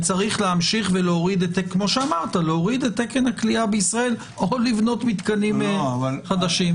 ויש להמשיך להוריד את תקן הכליאה בישראל או לבנות מתקנים חדשים.